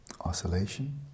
oscillation